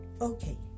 Okay